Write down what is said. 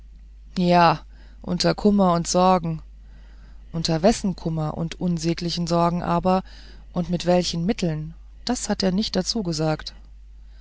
ja unter kummer und sorgen unter wessen kummer und unsäglichen sorgen aber und mit welchen mitteln das hat er nicht dazu gesagt